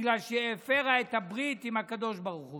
בגלל שהיא הפרה את הברית עם הקדוש ברוך הוא.